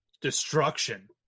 destruction